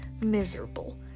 miserable